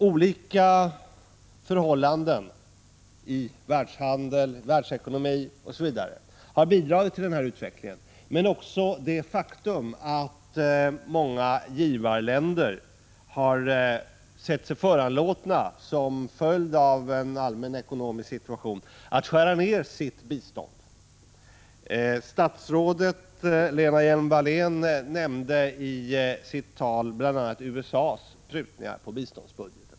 Olika förhållanden i världshandel, världsekonomi osv. har bidragit till denna utveckling men också det faktum att många givarländer har sett sig föranlåtna, som en följd av en allmän ekonomisk situation, att skära ner sitt bistånd. Statsrådet Lena Hjelm-Wallén nämnde i sitt tal bl.a. USA:s prutningar på biståndsbudgeten.